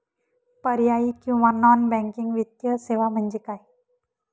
पर्यायी किंवा non banking वित्तीय सेवा म्हणजे काय?